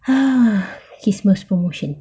ah christmas promotion